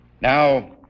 Now